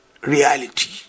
reality